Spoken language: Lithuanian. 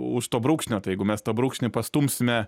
už to brūkšnio tai jeigu mes tą brūkšnį pastumsime